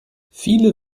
viele